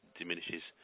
diminishes